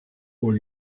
aux